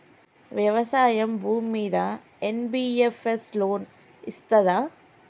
వ్యవసాయం భూమ్మీద NBFS loan ఇస్తదా?